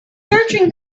searching